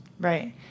Right